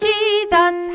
Jesus